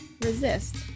resist